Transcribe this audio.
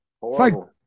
horrible